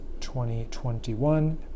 2021